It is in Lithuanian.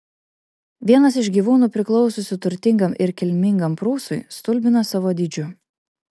vienas iš gyvūnų priklausiusių turtingam ir kilmingam prūsui stulbina savo dydžiu